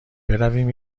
برویم